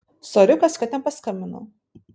soriukas kad nepaskambinau